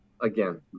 again